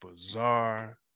Bizarre